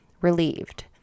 relieved